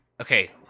okay